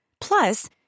Plus